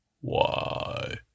Why